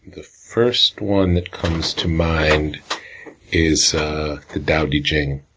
the first one that comes to mind is the tao te ching.